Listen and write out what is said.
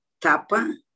tapa